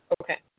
Okay